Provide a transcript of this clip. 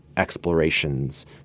explorations